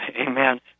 Amen